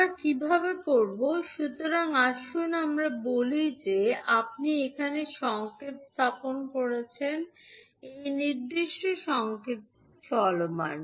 আমরা কীভাবে করব সুতরাং আসুন আমরা বলি যে আপনি এখানে সংকেত স্থাপন করছেন এই নির্দিষ্ট সংকেতটি চলমান